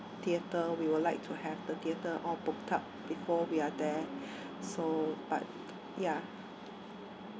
theater we would like to have the theatre all booked up before we are there so but ya